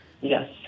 Yes